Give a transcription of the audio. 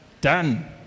Done